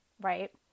right